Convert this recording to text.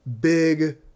big